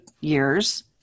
years